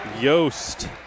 Yost